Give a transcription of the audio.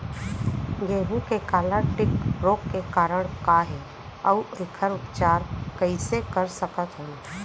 गेहूँ के काला टिक रोग के कारण का हे अऊ एखर उपचार कइसे कर सकत हन?